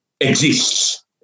exists